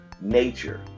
nature